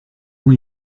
ont